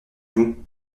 vous